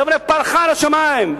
יבנה פרחה עד השמים.